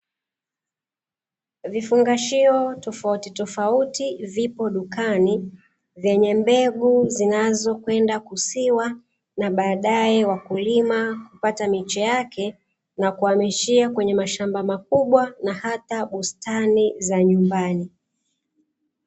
Vifungashio tofautitofauti vipo dukani, vyenye mbegu zinazokwenda kusiwa na baadae wakulima kupata miche yake na kuhamishia kwenye mashamba makubwa na hata bustani za nyumbani.